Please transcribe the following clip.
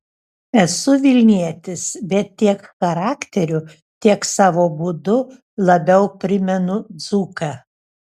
esu vilnietis bet tiek charakteriu tiek savo būdu labiau primenu dzūką